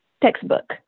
textbook